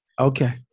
Okay